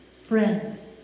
Friends